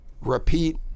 repeat